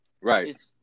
Right